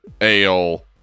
ale